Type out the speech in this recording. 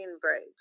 bridge